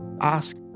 ask